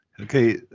Okay